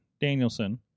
Danielson